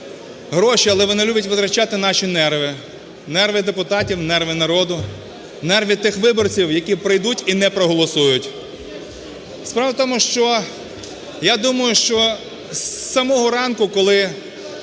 але вони люблять витрачати наші нерви: нерви депутатів, нерви народу, нерви тих виборців, які прийдуть і не проголосують. Справа в тому, що я думаю, що з самого ранку, коли